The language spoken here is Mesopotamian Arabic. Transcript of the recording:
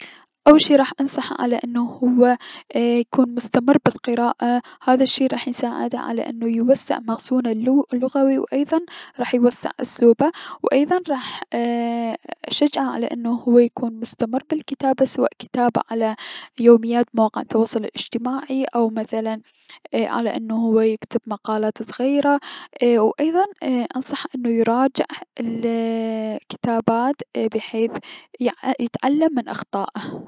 اول شي راح انصحه انو هو ايي- يكون مستمر بلقراءة، هذا الشي راح يساعده على انه يوسع ماسون ماسونه اللغوي و ايضا راح يوسع اسلوبه، ايي- راح اشجعه على انو يكون مستمر بلكتابة سواء الكتابة على مواقع التواصل الأجتماعي، ايي- او انو هو يكنب مقالات صغيرة، اي- و ايضا انصحه ايي- انو يراجع الكتابات بحيث يتعلم من اخطاءه.